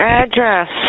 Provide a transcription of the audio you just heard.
address